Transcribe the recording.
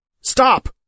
Stop